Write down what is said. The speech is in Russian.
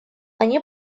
они